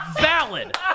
Valid